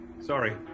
Sorry